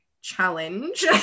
challenge